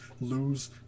lose